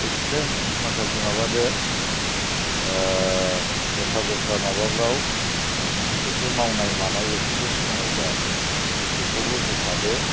experience माखासे माबादो दस्रा दस्रा माबाफ्राव एसे मावनाय मानाय इक्सफ्रियेन्स दङबा बेखौबो होफादो